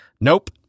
Nope